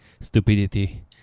stupidity